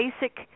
basic